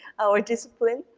or discipline,